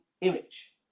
image